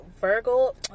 Virgo